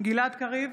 גלעד קריב,